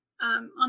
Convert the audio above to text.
On